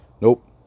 nope